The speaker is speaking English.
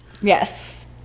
Yes